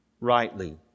rightly